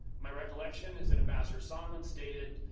my recollection is that ambassador sondland stated,